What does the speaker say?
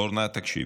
אורנה, תקשיבי: